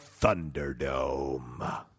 Thunderdome